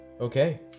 Okay